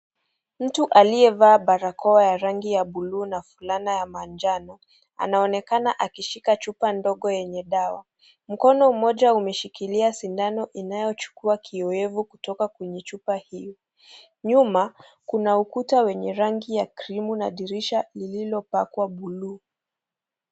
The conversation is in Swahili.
Mtu aliyevaa barakoa ya rangi ya buluu na fulana ya manjano. Anaonekana akishika chupa ndogo yenye dawa. Mkono moja umeshikilia sindano inayochukua kiyowevu kutoka kwenye chupa hii. Nyuma, kuna ukuta wenye rangi ya krimu na dirisha lililopakwa buluu.